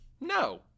No